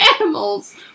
animals